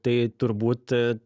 tai turbūt